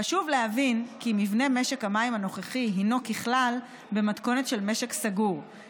חשוב להבין כי מבנה משק המים הנוכחי הוא ככלל במתכונת של משק סגור,